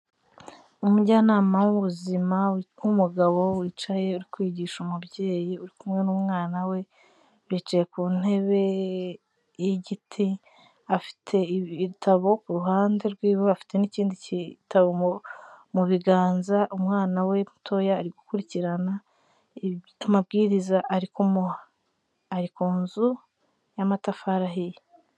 Umujyanama w'ubuzima w'umugabo wicaye uri kwigisha umubyeyi uri kumwe n'umwana we, bicaye ku ntebe y'igiti, afite ibitabo ku ruhande rw'iwe, afite n'ikindi gitabo mu biganza umwana we mutoya ari gukurikirana amabwiriza ari kumuha, ari ku nzu y'amatafari ahiye.